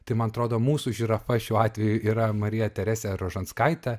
tai man atrodo mūsų žirafa šiuo atveju yra marija teresė rožanskaitė